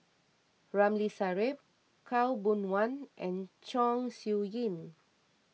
Ramli Sarip Khaw Boon Wan and Chong Siew Ying